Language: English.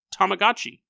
Tamagotchi